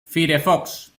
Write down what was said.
firefox